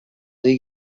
dei